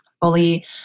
fully